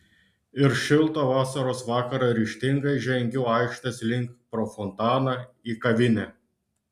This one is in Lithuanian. ir šiltą vasaros vakarą ryžtingai žengiu aikštės link pro fontaną į kavinę